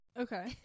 okay